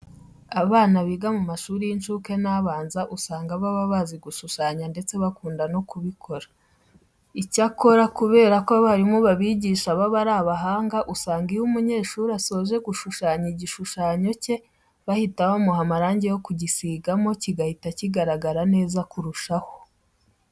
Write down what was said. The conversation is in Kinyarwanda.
Abana biga mu mashuri y'incuke n'abanza usanga baba bazi gushushanya ndetse bakunda no kubikora. Icyakora kubera ko abarimu babigisha baba ari abahanga, usanga iyo umunyeshuri asoje gushushanya igishushanyo cye, bahita bamuha amarange yo kugisigamo kigahita kigaragara neza kurushaho.